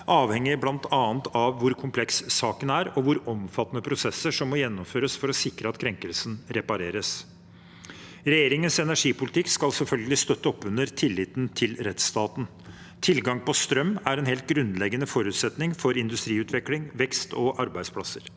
avhenger bl.a. av hvor kompleks saken er, og hvor omfattende prosessene som må gjennomføres for å sikre at krenkelsen repareres, er. Regjeringens energipolitikk skal selvfølgelig støtte opp under tilliten til rettsstaten. Tilgang på strøm er en helt grunnleggende forutsetning for industriutvikling, vekst og arbeidsplasser.